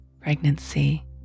pregnancy